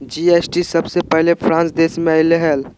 GST सबसे पहले France देश मे अइले हल